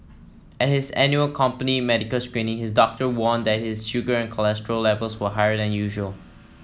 at his annual company medical screening his doctor warned that his sugar and cholesterol levels were higher than usual